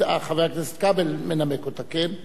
חבר הכנסת כבל מנמק אותה, כן?